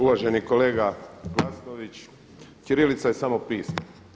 Uvaženi kolega Glasnović, ćirilica je samo pismo.